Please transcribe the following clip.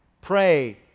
pray